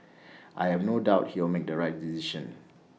I have no doubt he'll make the right decision